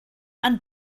and